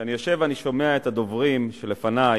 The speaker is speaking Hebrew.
כשאני יושב ושומע את הדוברים שלפני,